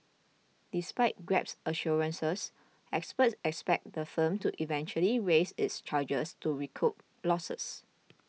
despite Grab's assurances experts expect the firm to eventually raise its charges to recoup losses